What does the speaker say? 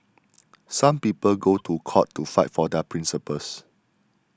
some people go to court to fight for their principles